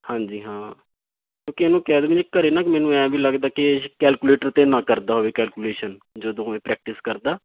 ਹਾਂਜੀ ਹਾਂ ਕਿਉਂਕਿ ਇਹਨੂੰ ਕਹਿ ਦੇਵੇ ਘਰ ਨਾ ਮੈਨੂੰ ਐਂ ਵੀ ਲੱਗਦਾ ਕਿ ਕੈਲਕੂਲੇਟਰ 'ਤੇ ਨਾ ਕਰਦਾ ਹੋਵੇ ਕੈਲਕੂਲੇਸ਼ਨ ਜਦੋਂ ਇਹ ਪ੍ਰੈਕਟਿਸ ਕਰਦਾ